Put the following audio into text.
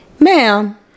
Ma'am